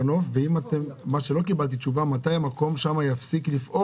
למה לא מעבירים את הכסף בזמן?